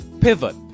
Pivot